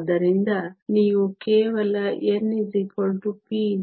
ಆದ್ದರಿಂದ ನೀವು ಕೇವಲ n p